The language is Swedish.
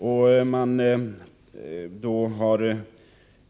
Vidare säger han att man har